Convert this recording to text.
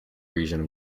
region